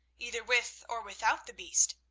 either with or without the beast,